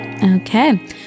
Okay